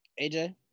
AJ